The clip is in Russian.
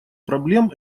проблем